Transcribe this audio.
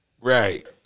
Right